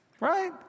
Right